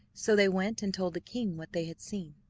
so they went and told the king what they had seen.